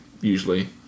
usually